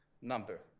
number